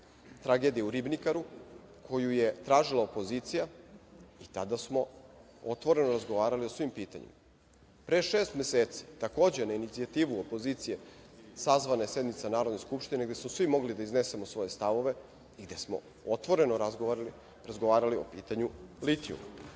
tragedije u Ribnikaru, koju je tražila opozicija i tada smo otvoreno razgovarali o svim pitanjima. Pre šest meseci, takođe na inicijativu opozicije sazvana je sednica Narodne skupštine gde smo svi mogli da iznesemo svoje stavove i gde smo otvoreno razgovarali o pitanju litijuma.